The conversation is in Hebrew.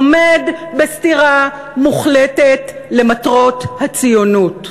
עומד בסתירה מוחלטת למטרות הציונות.